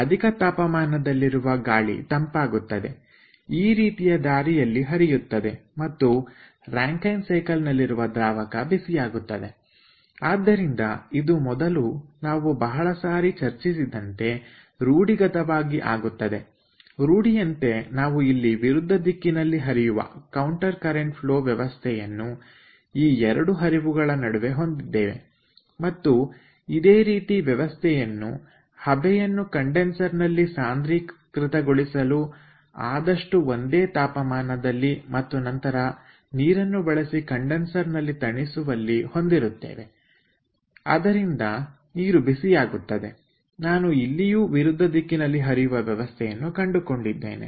ಅಧಿಕ ತಾಪಮಾನದಲ್ಲಿರುವ ಗಾಳಿ ತಂಪಾಗುತ್ತದೆ ಈ ರೀತಿಯ ದಾರಿಯಲ್ಲಿ ಹರಿಯುತ್ತವೆ ಮತ್ತು ರಾಂಕೖೆನ್ ಸೈಕಲ್ ನಲ್ಲಿರುವ ದ್ರಾವಕ ಬಿಸಿಯಾಗುತ್ತದೆ ಆದ್ದರಿಂದ ಇದು ಮೊದಲು ನಾವು ಬಹಳ ಸಾರಿ ಚರ್ಚಿಸಿದಂತೆ ರೂಢಿಗತವಾಗಿ ಆಗುತ್ತದೆ ರೂಢಿಯಂತೆ ನಾವು ಇಲ್ಲಿ ವಿರುದ್ಧ ದಿಕ್ಕಿನಲ್ಲಿ ಹರಿಯುವ ವ್ಯವಸ್ಥೆಯನ್ನು ಈ ಎರಡು ಹರಿವುಗಳ ನಡುವೆ ಹೊಂದಿದ್ದೇವೆ ಮತ್ತು ಇದೇ ರೀತಿ ವ್ಯವಸ್ಥೆಯನ್ನು ಹಬೆಯನ್ನು ಕಂಡೆನ್ಸರ್ ನಲ್ಲಿ ಸಾಂದ್ರೀಕೃತ ಗೊಳಿಸಲು ಆದಷ್ಟು ಒಂದೇ ತಾಪಮಾನದಲ್ಲಿ ಮತ್ತು ನಂತರ ನೀರನ್ನು ಬಳಸಿ ಕಂಡೆನ್ಸರ್ ನಲ್ಲಿ ತಣಿಸುವಲ್ಲಿ ಹೊಂದಿರುತ್ತೇವೆ ಅದರಿಂದ ನೀರು ಬಿಸಿಯಾಗುತ್ತದೆ ನಾನು ಇಲ್ಲಿಯೂ ವಿರುದ್ಧ ದಿಕ್ಕಿನಲ್ಲಿ ಹರಿಯುವ ವ್ಯವಸ್ಥೆಯನ್ನು ಕಂಡುಕೊಂಡಿದ್ದೇನೆ